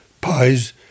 pies